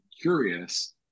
curious